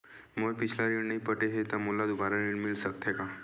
मोर पिछला ऋण नइ पटे हे त का मोला दुबारा ऋण मिल सकथे का?